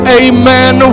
amen